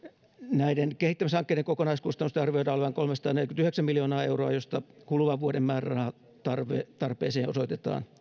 näiden kehittämishankkeiden kokonaiskustannusten arvioidaan olevan kolmesataaneljäkymmentäyhdeksän miljoonaa euroa joista kuluvan vuoden määrärahatarpeeseen osoitetaan